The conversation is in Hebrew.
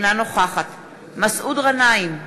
אינה נוכחת מסעוד גנאים,